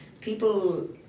people